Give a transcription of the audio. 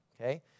okay